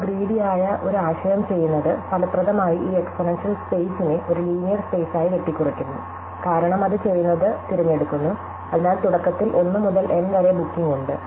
ഇപ്പോൾ ഗ്രീടി ആയ ഒരു ആശയം ചെയ്യുന്നത് ഫലപ്രദമായി ഈ എക്സ്പോണൻഷ്യൽ സ്പെയ്സിനെ ഒരു ലീനിയർ സ്പെയ്സായി വെട്ടിക്കുറയ്ക്കുന്നു കാരണം അത് ചെയ്യുന്നത് തിരഞ്ഞെടുക്കുന്നു അതിനാൽ തുടക്കത്തിൽ 1 മുതൽ N വരെ ബുക്കിംഗ് ഉണ്ട്